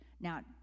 Now